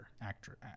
actor